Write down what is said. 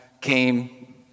came